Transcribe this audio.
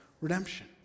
redemption